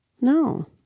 No